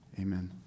Amen